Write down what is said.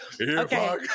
okay